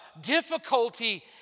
difficulty